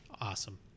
awesome